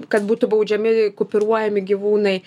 kad būtų baudžiami kupiruojami gyvūnai